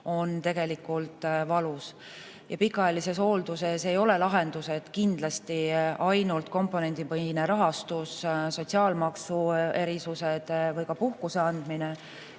on valus. Pikaajalises hoolduses ei ole lahendused kindlasti ainult komponendipõhine rahastus, sotsiaalmaksu erisused või ka puhkuse andmine,